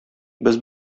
без